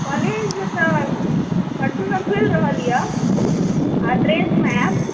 college तऽ परसु सँ खुलि रहल यऽ आ ड्रेस मे आयब